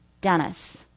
Dennis